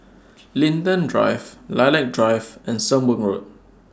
Linden Drive Lilac Drive and Sembong Road